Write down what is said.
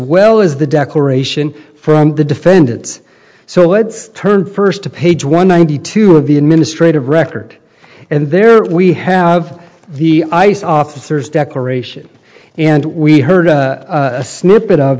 well as the declaration for the defendants so woods turned first to page one ninety two of the administrative record and there we have the ice officers declaration and we heard a snippet of